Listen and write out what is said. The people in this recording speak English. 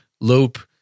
loop